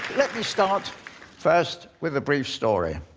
let me start first with a brief story.